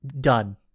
done